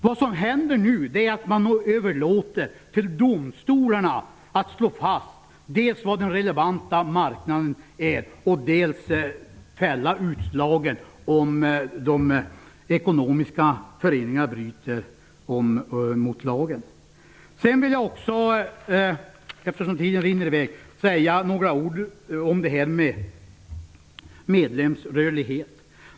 Vad som händer nu är att man överlåter till domstolarna att dels slå fast vilken den relevanta marknaden är, dels fälla utslagen om huruvida de ekonomiska föreningarna bryter mot lagen. Jag vill också säga några ord om medlemsrörligheten.